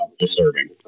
disturbing